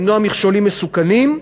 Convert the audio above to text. למנוע מכשולים מסוכנים.